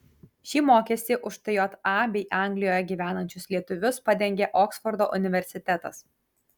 šį mokestį už tja bei anglijoje gyvenančius lietuvius padengė oksfordo universitetas